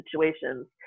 situations